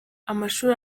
amashuri